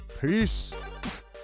peace